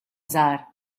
żgħar